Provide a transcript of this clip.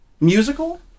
musical